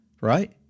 right